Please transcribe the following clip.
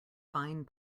fine